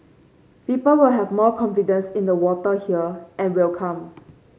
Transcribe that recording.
people will have more confidence in the water here and will come